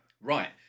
Right